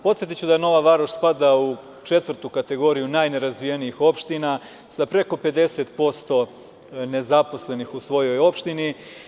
Podsetiću da Nova Varoš spada u četvrtu kategoriju najnerazvijenijih opština, sa preko 50% nezaposlenih u svojoj opštini.